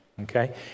okay